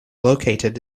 located